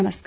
नमस्कार